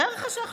תאר לך שעכשיו,